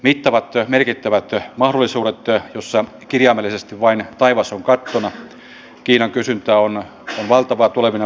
itälattää merkittävät mahdollisuudet työ jossa kirjaimellisesti vain taivas on paksuna kiinan kysyntä on valtavaa tulevina